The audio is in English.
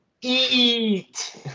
eat